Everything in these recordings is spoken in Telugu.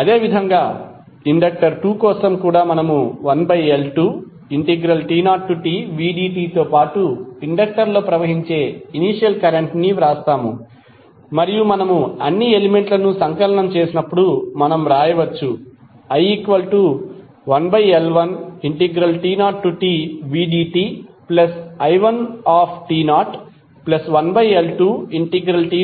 అదేవిధంగా ఇండక్టర్ 2 కోసం కూడా మనము 1L2t0tvdt తో పాటు ఇండక్టర్ లో ప్రవహించే ఇనీషియల్ కరెంట్ ని వ్రాస్తాము మరియు మనము అన్ని ఎలిమెంట్లను సంకలనం చేసినప్పుడు మనం వ్రాయవచ్చు i1L1t0tvdti11L2t0tvdti21Lnt0tvdtin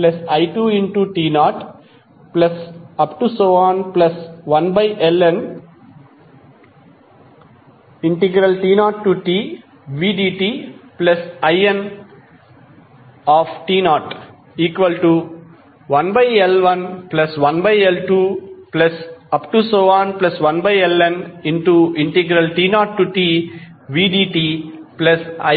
1l11L21Lnt0tvdti1t0i2t0int01Leqt0tvdti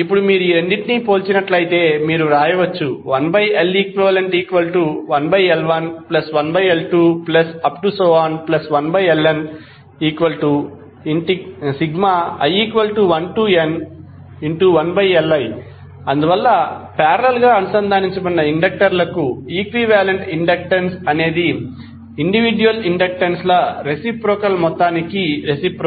ఇప్పుడు మీరు ఈ రెండింటినీ పోల్చినట్లయితే మీరు వ్రాయవచ్చు 1Leq1L11L21Lni1n1Li అందువల్ల N పారేలల్ గా అనుసంధానించిన ఇండక్టర్లకు ఈక్వివాలెంట్ ఇండక్టెన్స్ అనేది ఇండివిడ్యుయల్ ఇండక్టెన్స్ ల రెసిప్రొకల్ మొత్తానికి రెసిప్రొకల్